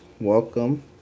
welcome